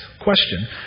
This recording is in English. question